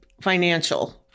financial